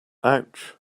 ouch